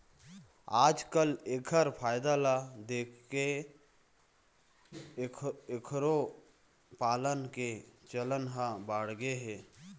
आजकाल एखर फायदा ल देखके एखरो पालन के चलन ह बाढ़गे हे